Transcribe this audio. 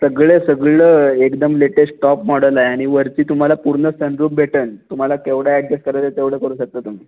सगळे सगळं एकदम लेटेस्ट टॉप मॉडल आहे आणि वरती तुम्हाला पूर्ण सनरूफ भेटेल तुम्हाला केवढं ॲडजस्ट करायचं आहे तेवढं करू शकता तुम्ही